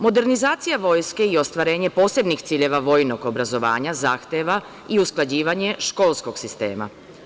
Modernizacija vojske i ostvarenje posebnih ciljeva vojnog obrazovanja zahteva i usklađivanje školskog sistema.